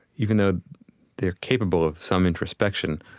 even though they're capable of some introspection,